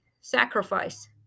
sacrifice